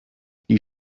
die